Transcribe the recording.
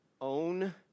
Own